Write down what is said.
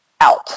out